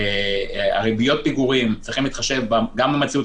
ריביות פיגורים צריך להתחשב גם במציאות